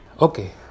Okay